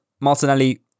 Martinelli